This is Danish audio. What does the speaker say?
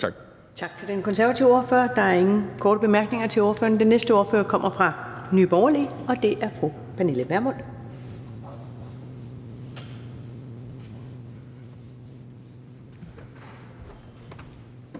Tak til den konservative ordfører. Der er ingen korte bemærkninger til ordføreren. Den næste ordfører kommer fra Nye Borgerlige, og det er fru Pernille Vermund.